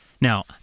Now